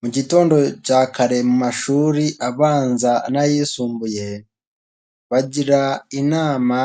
Mu gitondo cya kare mu mashuri abanza n'ayisumbuye, bagira inama